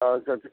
আচ্ছা আচ্ছা